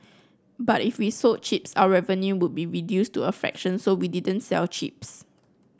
but if we sold chips our revenue would be reduced to a fraction so we didn't sell chips